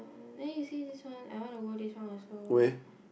there you see this one I wanna go this one also